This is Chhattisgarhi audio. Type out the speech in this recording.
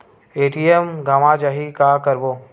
ए.टी.एम गवां जाहि का करबो?